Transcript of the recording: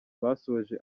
basoje